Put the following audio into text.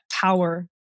power